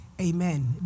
Amen